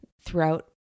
throughout